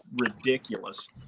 ridiculous